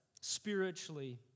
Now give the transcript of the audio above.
spiritually